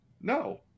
No